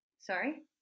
sorry